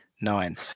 nine